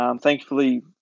thankfully